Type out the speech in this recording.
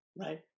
Right